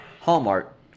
Hallmark